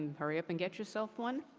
hurry up and get yourself one.